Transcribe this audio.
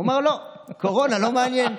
הוא אמר: לא, קורונה לא מעניין.